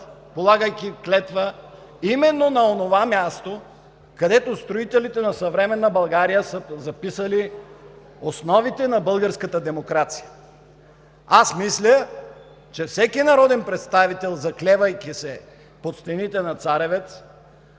полагайки клетва именно на онова място, където строителите на съвременна България са записали основите на българската демокрация! Аз мисля, че всеки народен представител, заклевайки се под стените на Царевец,